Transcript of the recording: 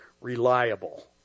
reliable